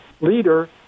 leader